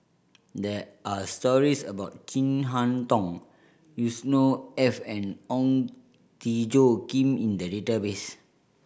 there are stories about Chin Harn Tong Yusnor Ef and Ong Tjoe Kim in the database